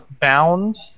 bound